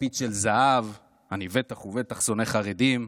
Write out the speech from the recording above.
כפית של זהב, אני בטח ובטח שונא חרדים.